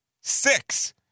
six